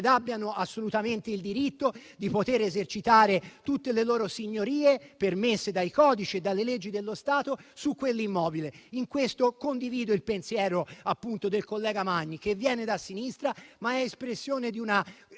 abbiano assolutamente il diritto di esercitare tutte le loro signorie, permesse dai codici e dalle leggi dello Stato su quell'immobile. In questo condivido il pensiero del collega Magni, che viene da sinistra, ma è espressione di una